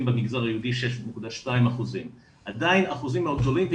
במגזר היהודי 6.2%. עדיין אחוזים מאוד גדולים,